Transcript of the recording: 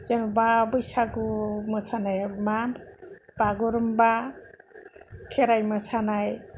जेनबा बैसगु मोसानाया मा बागुरुमबा खेराइ मोसानाय